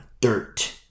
dirt